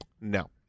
No